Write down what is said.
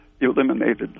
eliminated